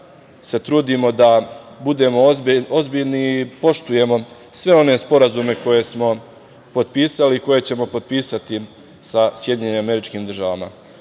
se trudimo da budemo ozbiljni i poštujemo sve one sporazume koje smo potpisali i koje ćemo potpisati sa SAD.Prošle godine je